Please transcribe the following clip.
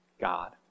God